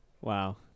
Wow